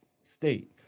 state